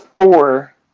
four